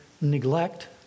neglect